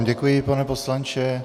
Děkuji, pane poslanče.